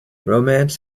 romance